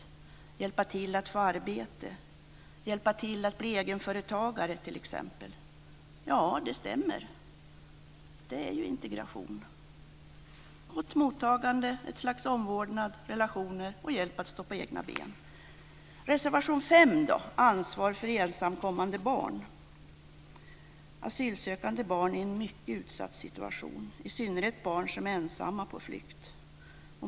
Vi måste hjälpa till så att de kan få arbete eller bli egenföretagare t.ex. Ja, det stämmer. Det är ju integration - gott mottagande, ett slags omvårdnad, relationer och hjälp att stå på egna ben. Hur är det då med reservation 5 om ansvar för ensamkommande barn? Asylsökande barn befinner sig i en mycket utsatt situation, i synnerhet barn som är ensamma på flykt.